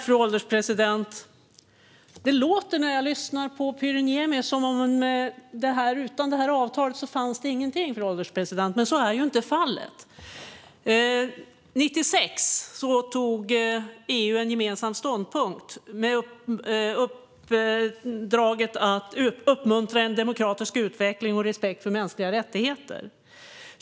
Fru ålderspresident! När jag lyssnar på Pyry Niemi låter det som att det inte skulle finnas någonting utan detta avtal, men så är inte fallet. År 1996 antog EU en gemensam ståndpunkt med uppdraget att uppmuntra en demokratisk utveckling och respekt för mänskliga rättigheter.